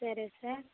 సరే సార్